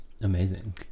Amazing